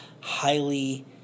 highly